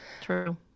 true